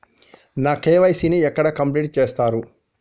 నా కే.వై.సీ ని ఎక్కడ కంప్లీట్ చేస్తరు?